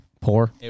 Poor